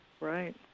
Right